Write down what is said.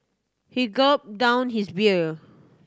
he gulped down his beer